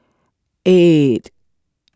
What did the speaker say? eight